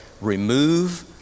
remove